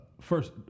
first